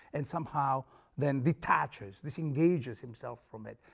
and somehow then detaches, disengages himself from it.